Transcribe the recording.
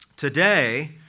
Today